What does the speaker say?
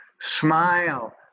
Smile